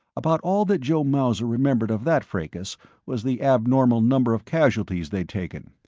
about all that joe mauser remembered of that fracas was the abnormal number of casualties they'd taken.